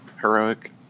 heroic